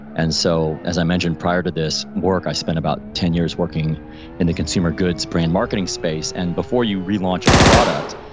and so, as i mentioned prior to this work, i spent about ten years working in the consumer goods brand marketing space. and before you relaunch a product,